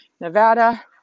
Nevada